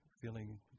feeling